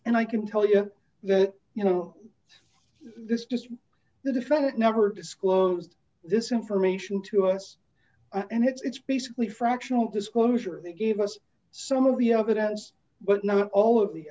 and i can tell you that you know this just the defendant never disclosed this information to us and it's basically fractional disclosure they gave us some of the evidence but not all of the